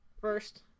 first